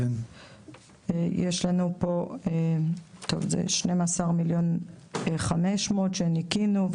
יש לנו פה, טוב, זה 12,500,000 שניכינו.